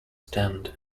stand